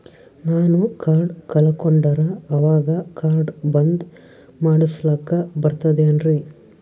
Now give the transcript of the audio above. ನಾನು ಕಾರ್ಡ್ ಕಳಕೊಂಡರ ಅವಾಗ ಕಾರ್ಡ್ ಬಂದ್ ಮಾಡಸ್ಲಾಕ ಬರ್ತದೇನ್ರಿ?